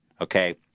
okay